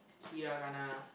Hiragana